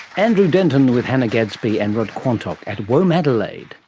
andrew denton, with hannah gadsby and rod quantock, at womadelaide